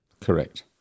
Correct